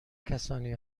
کسانی